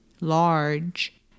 Large